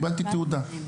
קיבלתי תעודה.